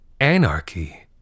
anarchy